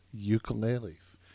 ukuleles